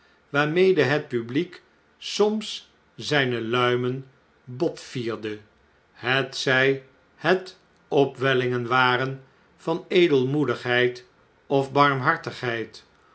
waarmede het publiek soms zgne luimen bot vierde hetzjj het opwellingen waren van edelmoedigheid of barmhartigneid